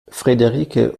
frederike